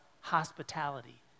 hospitality